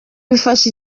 bifasha